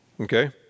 Okay